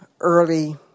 early